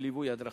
בליווי הדרכה.